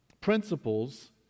principles